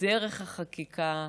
בדרך החקיקה,